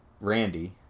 Randy